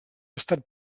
estat